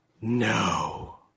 No